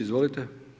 Izvolite.